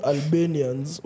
Albanians